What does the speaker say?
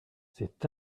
c’est